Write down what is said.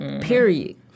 Period